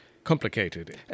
Complicated